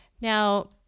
Now